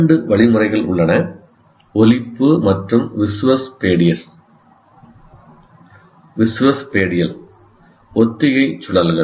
இரண்டு வழிமுறைகள் உள்ளன ஒலிப்பு மற்றும் விசுவஸ்பேடியல் ஒத்திகை சுழல்கள்